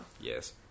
Yes